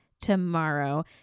tomorrow